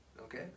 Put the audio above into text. Okay